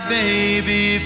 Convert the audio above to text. baby